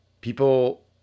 people